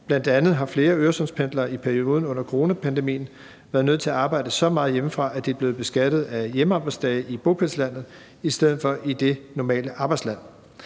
Bl.a. har flere Øresundspendlere i perioden under coronapandemien været nødt til at arbejde så meget hjemmefra, at de er blevet beskattet af hjemmearbejdsdage i bopælslandet i stedet for i det normale arbejdsland.